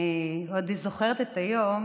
אני עוד זוכרת את היום,